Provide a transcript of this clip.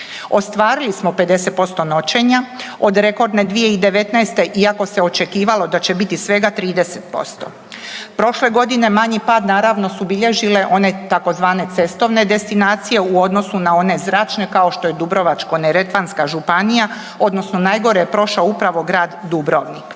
Ostvarili smo 50% noćenja od rekordne 2019. iako se očekivalo da će biti svega 30%. Prošle godine manji pad naravno su bilježile one tzv. cestovne destinacije u odnosu na one zračne kao što je Dubrovačko-neretvanska županija odnosno najgore je prošao upravo grad Dubrovnik.